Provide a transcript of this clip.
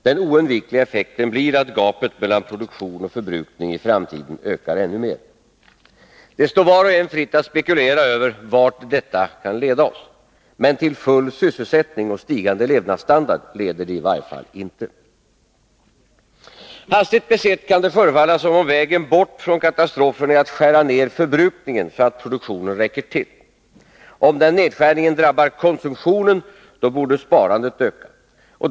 Den oundvikliga effekten blir att gapet mellan produktion och förbrukning i framtiden ökar ännu mer. Det står var och en fritt att spekulera över vart detta kan leda oss. Men till full sysselsättning och stigande levnadsstandard leder det i varje fall inte. Hastigt besett kan det förefalla som om vägen bort från katastrofen är att skära ner förbrukningen så att produktionen räcker till. Om denna nedskärning drabbar konsumtionen, borde också sparandet öka.